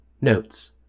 Notes